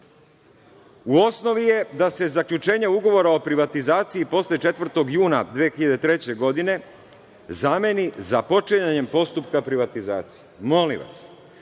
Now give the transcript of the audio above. u osnovi je da se zaključenja ugovora o privatizaciji posle 4. juna 2003. godine zameni započinjanjem postupka privatizacije. Molim vas,